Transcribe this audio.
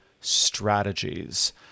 strategies